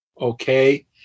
Okay